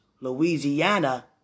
Louisiana